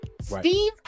Steve